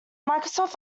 microsoft